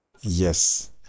Yes